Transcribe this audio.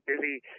busy